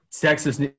Texas